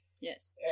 Yes